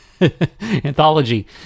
anthology